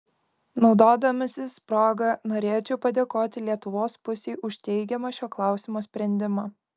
naudodamasis proga norėčiau padėkoti lietuvos pusei už teigiamą šio klausimo sprendimą